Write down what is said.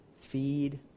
feed